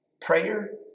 Prayer